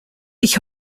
ich